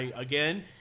again